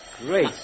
Great